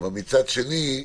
ומצד שני,